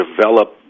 develop